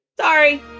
Sorry